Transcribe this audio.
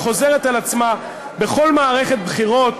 היא חוזרת על עצמה בכל מערכת בחירות,